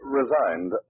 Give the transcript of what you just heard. resigned